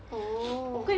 orh